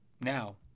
Now